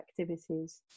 activities